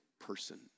person